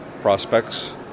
prospects